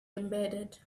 embedded